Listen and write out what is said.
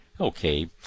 Okay